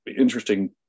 interesting